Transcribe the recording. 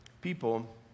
people